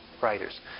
writers